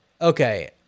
Okay